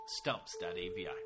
Stumps.avi